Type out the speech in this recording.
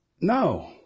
no